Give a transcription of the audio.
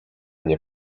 nie